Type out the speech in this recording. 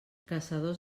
caçadors